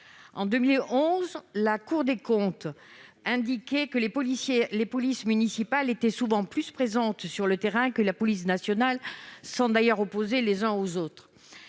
En 2011, la Cour des comptes indiquait que les polices municipales étaient souvent plus présentes sur le terrain que la police nationale, sans pour autant opposer les unes à l'autre.